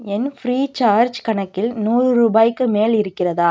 என் Freecharge கணக்கில் நூறு ரூபாய்க்கு மேல் இருக்கிறதா